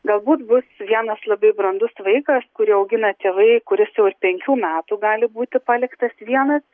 galbūt bus vienas labai brandus vaikas kurį augina tėvai kuris jau ir penkių metų gali būti paliktas vienas